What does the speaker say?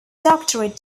doctorate